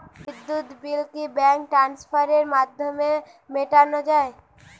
বিদ্যুৎ বিল কি ব্যাঙ্ক ট্রান্সফারের মাধ্যমে মেটানো য়ায়?